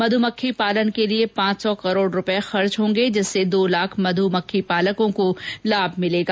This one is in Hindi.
मध्मक्खी पालन के लिए पांच सौ करोड़ रूपए व्यय होंगे जिससे दो लाख मध्मक्खी पालकों को लाभ मिलेगा